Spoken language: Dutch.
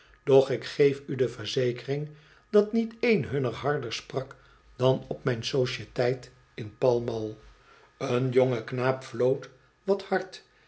doch ik geef u de verzekering dat niet één hunner harder sprak dan op mijn sociëteit in pall mali een jonge knaap floot wat hard